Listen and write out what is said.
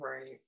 Right